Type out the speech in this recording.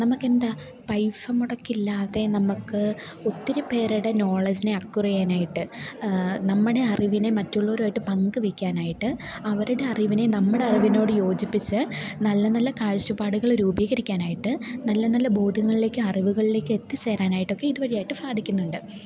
നമുക്കെന്താണ് പൈസമുടക്കില്ലാതെ നമുക്ക് ഒത്തിരിപ്പേരുടെ നോളജ് അക്വയര് ചെയ്യാനായിട്ട് നമ്മുടെ അറിവിനെ മറ്റുള്ളവരുമായിട്ട് പങ്കുവെയ്ക്കാനായിട്ട് അവരുടെ അറിവിനെ നമ്മുടെ അറിവിനോട് യോജിപ്പിച്ച് നല്ല നല്ല കാഴ്ചപ്പാടുകള് രൂപീകരിക്കാനായിട്ട് നല്ല നല്ല ബോധ്യങ്ങളിലേക്ക് അറിവുകളിലേക്ക് എത്തിച്ചേരാനായിട്ടുമൊക്കെ ഇതുവഴി സാധിക്കുന്നുണ്ട്